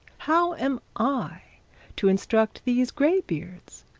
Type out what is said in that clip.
how am i to instruct these grey beards,